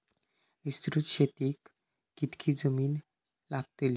विस्तृत शेतीक कितकी जमीन लागतली?